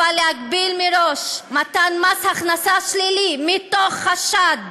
אבל להגביל מראש מתן מס הכנסה מתוך חשד